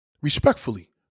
Respectfully